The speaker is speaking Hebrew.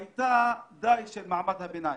היא הייתה של מעמד הביניים.